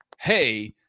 Hey